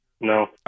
No